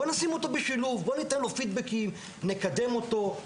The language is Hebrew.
בואו נשים אותו בשילוב וניתן לו פידבקים וקדם אותו.